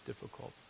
difficult